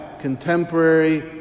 contemporary